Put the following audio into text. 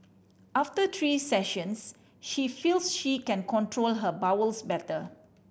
after three sessions she feels she can control her bowels better